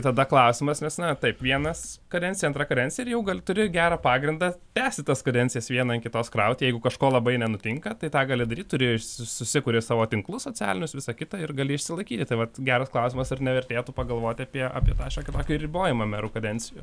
tada klausimas nes na taip vienas kadencija antra kadencija ir jau gal turi gerą pagrindą tęsti tas kadencijas vieną ant kitos krauti jeigu kažko labai nenutinka tai tą gali daryti turėjo susikuri savo tinklus socialinius visa kita ir gali išsilaikyti tai vat geras klausimas ar nevertėtų pagalvoti apie apie tą šiokį tikį ribojimą merų kadencijų